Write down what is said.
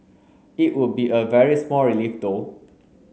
it would be a very small relief though